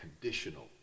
conditional